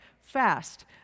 Fast